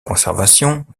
conservation